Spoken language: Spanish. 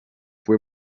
fue